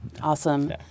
Awesome